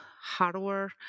hardware